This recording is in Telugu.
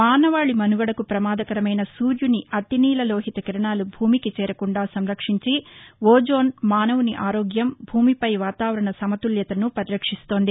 మానవాళి మనుగదకు ప్రమాదకరమైన సూర్యుని అతి నీల లోహిత కిరణాలు భూమికి చేరకుండా సంరక్షించి ఓజోన్పొర మానవుని ఆరోగ్యం భూమిపై వాతావరణ సమతుల్యతను పరిరక్షిస్తోంది